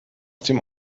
dem